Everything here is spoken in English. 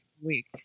week